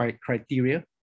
criteria